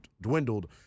dwindled